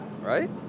right